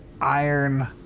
iron